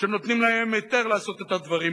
שנותנים להם היתר לעשות את הדברים,